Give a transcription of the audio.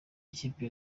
ikipe